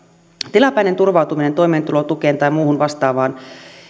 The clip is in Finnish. tilapäinen turvautuminen toimeentulotukeen tai muuhun vastaavaan